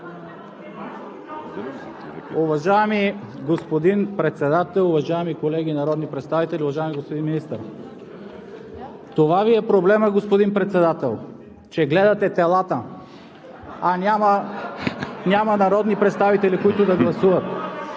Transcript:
Уважаеми господин Председател, уважаеми колеги народни представители, уважаеми господин Министър! Това Ви е проблемът, господин Председател – че гледате телата (весело оживление), а няма народни представители, които да гласуват.